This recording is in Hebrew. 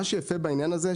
מה שיפה בעניין הזה,